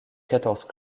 quatorze